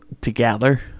together